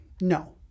No